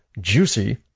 juicy